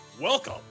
welcome